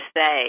say